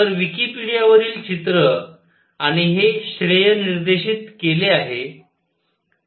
तर विकिपीडियावरील चित्र आणि हे श्रेयनिर्देशीत केले आहे